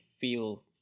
feel